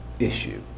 issue